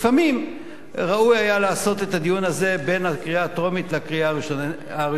לפעמים ראוי היה לעשות את הדיון הזה בין הקריאה הטרומית לקריאה הראשונה.